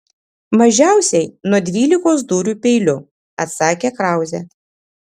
mažiausiai nuo dvylikos dūrių peiliu atsakė krauzė